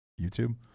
YouTube